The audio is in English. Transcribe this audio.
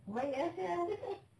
baik ah sia